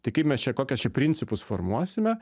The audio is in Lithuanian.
tai kaip mes čia kokius čia principus formuosime